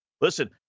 Listen